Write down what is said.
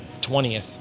20th